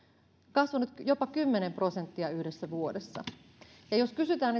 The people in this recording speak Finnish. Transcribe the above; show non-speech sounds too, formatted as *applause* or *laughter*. kasvanut jopa kymmenen prosenttia yhdessä vuodessa ja jos kysytään *unintelligible*